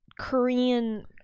korean